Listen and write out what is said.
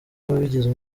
wabigize